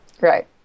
right